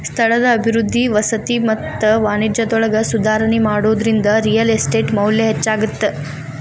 ಸ್ಥಳದ ಅಭಿವೃದ್ಧಿ ವಸತಿ ಮತ್ತ ವಾಣಿಜ್ಯದೊಳಗ ಸುಧಾರಣಿ ಮಾಡೋದ್ರಿಂದ ರಿಯಲ್ ಎಸ್ಟೇಟ್ ಮೌಲ್ಯ ಹೆಚ್ಚಾಗತ್ತ